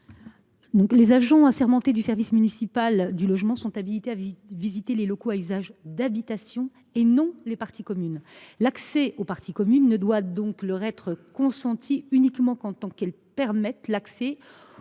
Les agents assermentés du service municipal du logement sont habilités à visiter les locaux à usage d’habitation, et non les parties communes. L’accès aux parties communes doit donc leur être ménagé uniquement en tant qu’il leur permet d’accéder